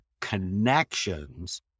connections